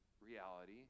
reality